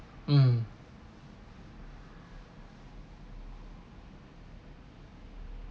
mm